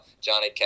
Johnny